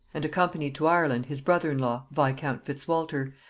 and accompanied to ireland his brother-in-law viscount fitzwalter,